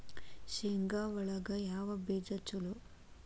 ಶೇಂಗಾ ಒಳಗ ಯಾವ ಬೇಜ ಛಲೋ?